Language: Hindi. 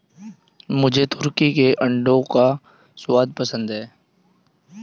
मुझे तुर्की के अंडों का स्वाद पसंद है